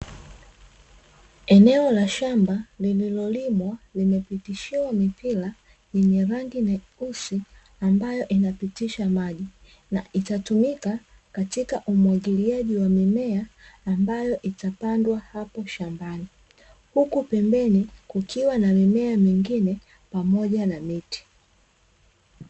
Eneo la shamba lililolimwa, limepitishiwa mipira yenye rangi nyeusi; ambayo inapitisha maji na itatumika katika umwagiliaji wa mimea ambayo itapandwa hapo shambani, huku pembeni kukiwa na mimea mingine pamoja na miti.